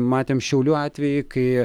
matėm šiaulių atvejį kai